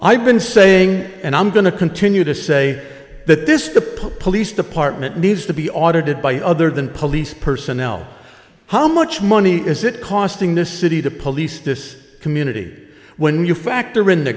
i've been saying and i'm going to continue to say that this the police department needs to be audited by other than police personnel how much money is it costing this city to police this community when you factor in the